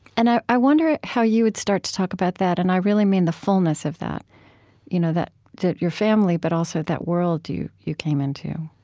and i i wonder how you would start to talk about that, and i really mean the fullness of that you know that your family, but also that world you you came into